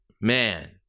man